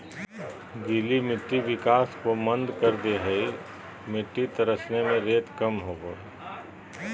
गीली मिट्टी विकास को मंद कर दे हइ मिटटी तरसने में रेत कम होबो हइ